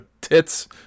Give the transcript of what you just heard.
tits